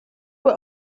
were